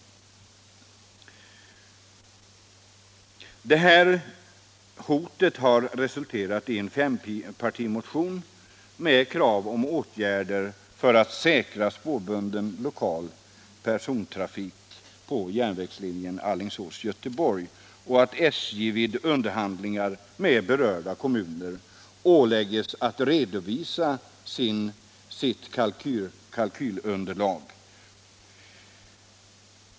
Det hot som jag här redogjort för har resulterat i fempartimotionen 1976/77:815 med herr Jonsson i Alingsås som första namn. I den motionen krävdes åtgärder för att säkra den spårbundna lokala persontrafiken på järnvägslinjen Alingsås-Göteborg samt att SJ vid underhandlingar med berörda kommuner skulle åläggas att redovisa sitt kalkylunderlag.